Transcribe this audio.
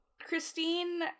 Christine